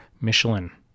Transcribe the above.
Michelin